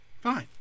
Fine